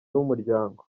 b’umuryango